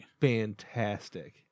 fantastic